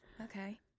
Okay